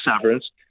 severance